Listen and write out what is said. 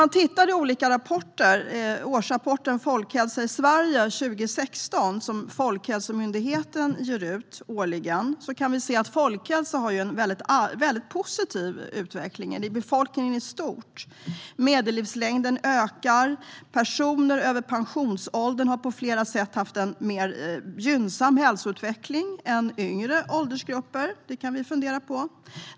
I rapporten Folkhälsa i Sverige för 2016, en rapport som Folkhälsomyndigheten ger ut årligen, kan vi se att folkhälsa har haft en positiv utveckling bland befolkningen i stort. Medellivslängden ökar och personer över pensionsåldern har på flera sätt haft en mer gynnsam hälsoutveckling än yngre åldersgrupper - det kan vi fundera på.